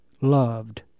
loved